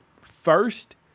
first